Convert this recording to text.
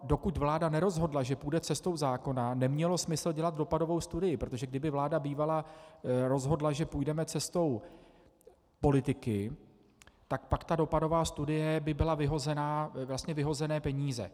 Dokud vláda nerozhodla, že půjde cestou zákona, nemělo smysl dělat dopadovou studii, protože kdyby vláda bývala rozhodla, že půjdeme cestou politiky, pak dopadová studie by byly vlastně vyhozené peníze.